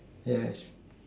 yes